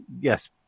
yes